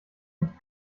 nicht